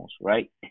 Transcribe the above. right